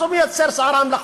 אז הוא מייצר סערה מלאכותית,